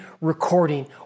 recording